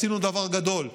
עשינו דבר גדול.